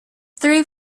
three